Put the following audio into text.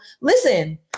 Listen